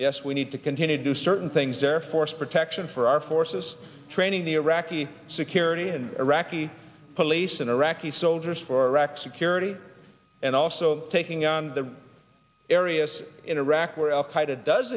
yes we need to continue to do certain things or force protection for our forces training the iraqi security and iraqi police and iraqi soldiers for wrecked security and also taking on the areas in iraq where al